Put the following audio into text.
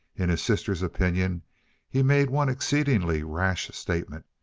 in his sister's opinion he made one exceedingly rash statement.